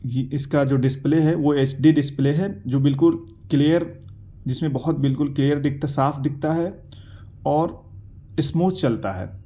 اس کا جو ڈسپلے ہے وہ ایچ ڈی ڈسپلے ہے جو بالکل کلیئر جس میں بہت بالکل کلیئر دکھتا ہے صاف دکھتا ہے اور اسموتھ چلتا ہے